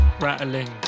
rattling